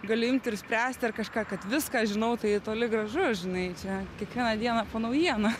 gali imt ir spręsti ar kažką kad viską žinau tai toli gražu žinai čia kiekvieną dieną po naujieną